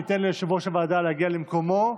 ניתן ליושב-ראש הוועדה להגיע למקומו.